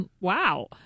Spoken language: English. wow